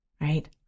right